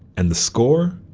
and the score?